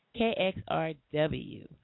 KXRW